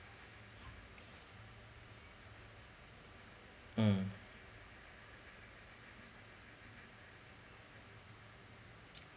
mm